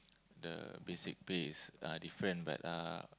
the basic pay is uh different but uh